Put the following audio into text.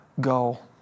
goal